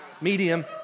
Medium